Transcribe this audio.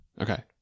Okay